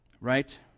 Right